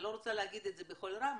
אני לא רוצה להגיד את זה בקול רם,